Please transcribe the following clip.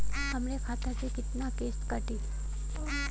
हमरे खाता से कितना किस्त कटी?